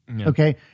Okay